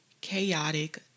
chaotic